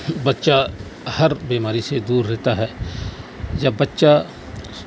بچہ ہر بیماری سے دور رہتا ہے جب بچہ